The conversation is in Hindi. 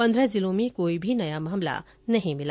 पन्द्रह जिलों में कोई भी नया मामला नहीं मिला